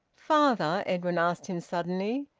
father, edwin asked him suddenly,